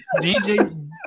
DJ